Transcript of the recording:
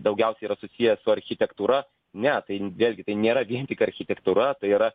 daugiausiai yra susiję su architektūra ne tai vėlgi nėra vien tik architektūra tai yra